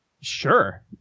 Sure